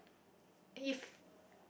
if